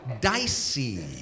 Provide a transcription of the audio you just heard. dicey